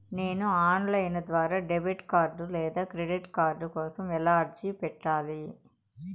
నేను online ద్వారా debit card లేదా క్రెడిట్ కార్డు కోసం ఎలా అర్జీ పెట్టాలి?